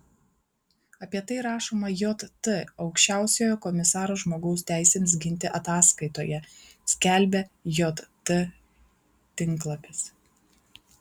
apie tai rašoma jt aukščiausiojo komisaro žmogaus teisėms ginti ataskaitoje skelbia jt tinklapis